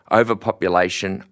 overpopulation